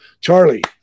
Charlie